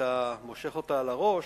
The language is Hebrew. כשאתה מושך אותה על הראש,